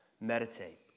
meditate